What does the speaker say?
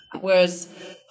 whereas